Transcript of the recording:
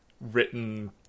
written